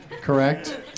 correct